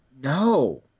No